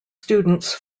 students